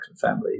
family